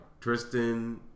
Tristan